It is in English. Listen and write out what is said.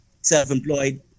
self-employed